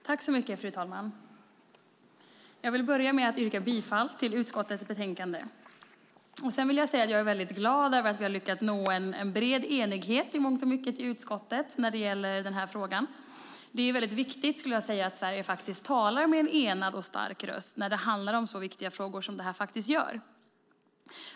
Fru talman! Jag vill börja med att yrka bifall till förslaget i utskottets utlåtande. Jag vill säga att jag är väldigt glad över att vi har lyckats nå en bred enighet i mångt och mycket i utskottet när det gäller den här frågan. Det är viktigt att Sverige talar med en enad och stark röst när det handlar om så här viktiga frågor.